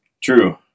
True